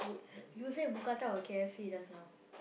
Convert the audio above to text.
you said mookata or K_F_C just now